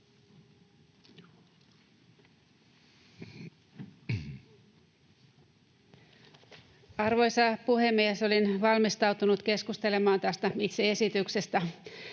Arvoisa puhemies! Olin valmistautunut keskustelemaan tästä itse esityksestä